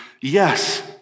yes